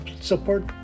support